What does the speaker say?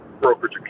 brokerage